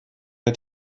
der